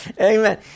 Amen